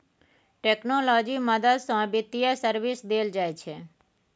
technology मदद सँ बित्तीय सर्विस देल जाइ छै